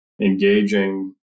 engaging